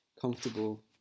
comfortable